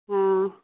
ହଁ